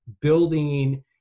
building